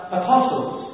apostles